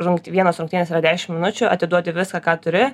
rungt vienos rungtynės yra dešim minučių atiduoti viską ką turi